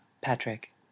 Patrick